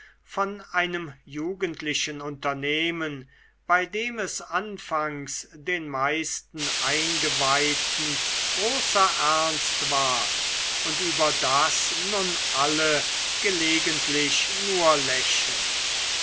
von einem jugendlichen unternehmen bei dem es anfangs den meisten eingeweihten großer ernst war und über das nun alle gelegentlich nur lächeln